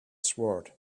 sword